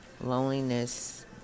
Loneliness